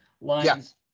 lines